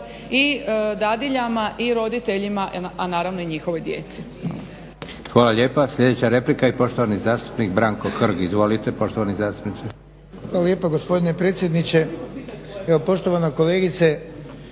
i dadiljama i roditeljima a naravno i njihovoj djeci.